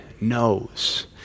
knows